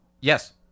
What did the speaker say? Yes